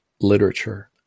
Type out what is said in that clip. literature